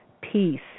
peace